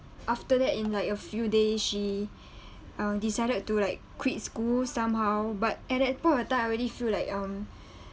after that in like a few days she um decided to like quit school somehow but at that point of time I already feel like um